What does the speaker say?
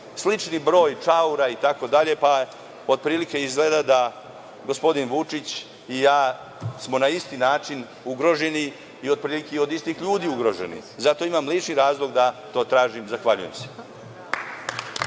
slični broj čaura itd, pa otprilike izgleda da gospodin Vučić i ja smo na isti način ugroženi i otprilike i od istih ljudi ugroženi. Zato imam lični razlog da to tražim. Zahvaljujem se.